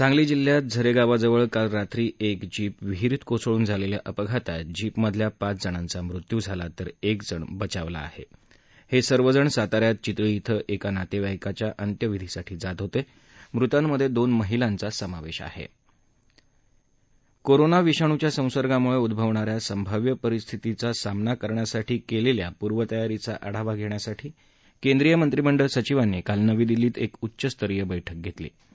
सांगली जिल्ह्यात झरशिवाजवळ काल रात्री एक जीप विहिरीत कोसळून झालख्विा अपघातात जीपमधल्या पाच जणांचा मृत्यू झाला तर एक जण बचावला आह डेस्विकजण साताऱ्यात चितळी इथं एका नातद्वाईकाच्या अंत्यविधीसाठी जात होत वृतांमध्यविन महिलांचा समावधीआह कोरोना विषाणूच्या संसर्गामुळ ऊ झवणाऱ्या संभाव्य परिस्थितीचा सामना करण्यासाठी पूर्वतयारीचा आढावा घष्वासाठी केंद्रीय मंत्रिमंडळ सचिवांनी काल नवी दिल्लीत एक उच्चस्तरीय बैठक घस्त्रीी